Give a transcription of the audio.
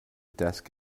desk